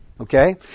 Okay